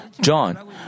John